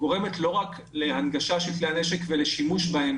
גורמת לא רק להנגשה של כלי הנשק ולשימוש בהם